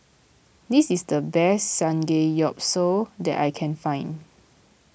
this is the best Samgeyopsal that I can find